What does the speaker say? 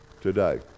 today